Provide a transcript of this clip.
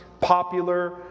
popular